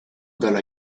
dalla